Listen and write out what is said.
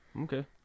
Okay